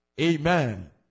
Amen